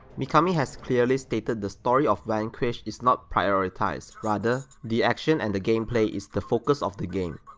mikami has clearly stated the story of vanquish is not prioritized rather, the action and the gameplay is the focus of the game.